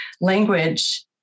language